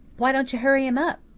why don't you hurry him up?